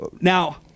now